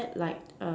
not bad like